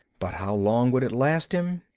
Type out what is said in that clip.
but how long would it last him?